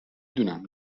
دونم